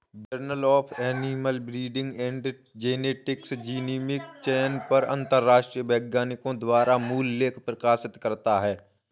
journal of animal breeding and genetics genomic चयन पर अंतरराष्ट्रीय वैज्ञानिकों द्वारा मूल लेख प्रकाशित करता है